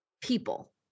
people